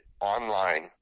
online